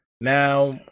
Now